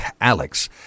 Alex